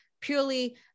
purely